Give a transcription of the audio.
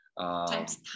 Times